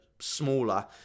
Smaller